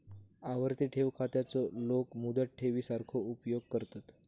आवर्ती ठेव खात्याचो लोक मुदत ठेवी सारखो उपयोग करतत